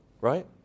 Right